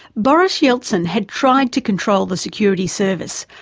boris yeltsin had tried to control the security service,